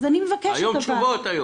היום תשובות.